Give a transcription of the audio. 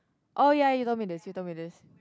oh ya you told me this you told me this